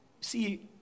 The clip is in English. See